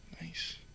Nice